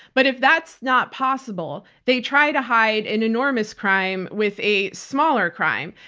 but if that's not possible, they try to hide an enormous crime with a smaller crime.